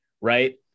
right